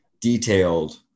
detailed